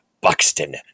Buxton